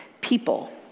people